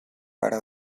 para